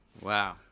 Wow